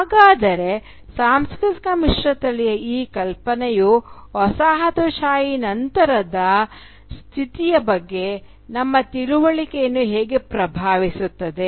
ಹಾಗಾದರೆ ಸಾಂಸ್ಕೃತಿಕ ಮಿಶ್ರತಳಿಯ ಈ ಕಲ್ಪನೆಯು ವಸಾಹತುಶಾಹಿ ನಂತರದ ಸ್ಥಿತಿಯ ಬಗ್ಗೆ ನಮ್ಮ ತಿಳುವಳಿಕೆಯನ್ನು ಹೇಗೆ ಪ್ರಭಾವಿಸುತ್ತದೆ